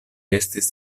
estis